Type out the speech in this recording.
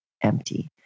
empty